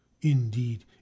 indeed